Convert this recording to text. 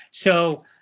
so,